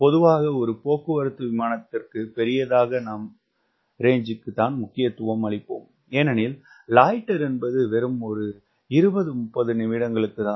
பொதுவாக ஒரு போக்குவரத்து விமானத்திற்கு பெரிதாக நாம் ரேஞ்சுக்குத் தான் முக்கியத்துவம் அளிப்போம் ஏனெனில் லாயிட்டர் என்பது வெறும் ஒரு இருபது முப்பது நிமிடங்களுக்குத் தான்